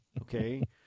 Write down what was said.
Okay